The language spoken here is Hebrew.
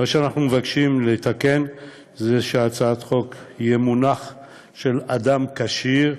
מה שאנחנו מבקשים לתקן זה שבהצעת החוק יהיה מונח של אדם כשיר,